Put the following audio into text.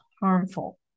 harmful